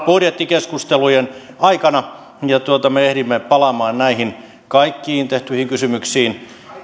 budjettikeskustelujen aikana ja me ehdimme palaamaan näihin kaikkiin tehtyihin kysymyksiin